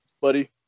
Buddy